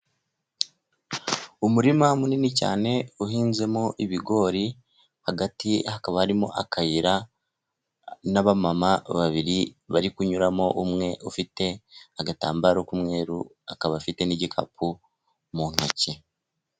Umurima munini cyane uhinzemo ibigori, hagati hakaba harimo akayira, n'abamama babiri bari kunyuramo, umwe ufite agatambaro k'umweru, akaba afite n'igikapu mu ntoki.